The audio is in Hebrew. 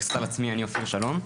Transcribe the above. אני אופיר שלום,